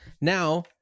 Now